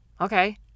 Okay